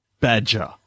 Badger